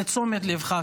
לתשומת ליבך.